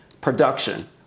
production